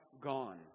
gone